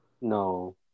No